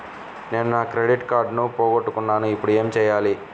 నేను నా క్రెడిట్ కార్డును పోగొట్టుకున్నాను ఇపుడు ఏం చేయాలి?